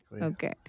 Okay